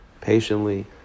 patiently